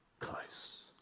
Close